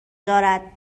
دارد